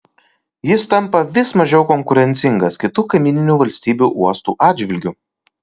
jis tampa vis mažiau konkurencingas kitų kaimyninių valstybių uostų atžvilgiu